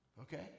Okay